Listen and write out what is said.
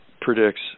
predicts